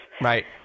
right